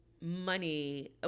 money